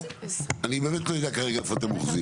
אני לא יודע איפה אתם אוחזים.